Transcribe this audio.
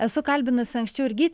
esu kalbinusi anksčiau ir gytį